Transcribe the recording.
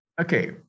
Okay